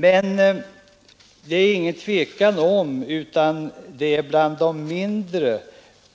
Det råder emellertid ingen tvekan om att det är genom en annorlunda politik gentemot de mindre